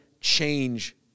change